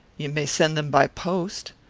you may send them by post.